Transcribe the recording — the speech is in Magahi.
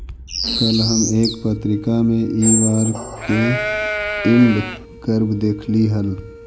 कल हम एक पत्रिका में इ बार के यील्ड कर्व देखली हल